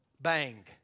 bang